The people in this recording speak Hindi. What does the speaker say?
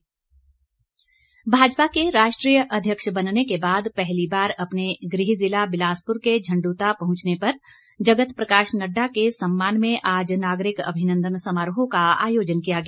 अभिनन्दन समारोह भाजपा के राष्ट्रीय अध्यक्ष बनने के बाद पहली बार अपने गृह जिला बिलासपुर के झंडुता पहुंचने पर जगत प्रकाश नड्डा के सम्मान में आज नागरिक अभिनंदन समारोह का आयोजन किया गया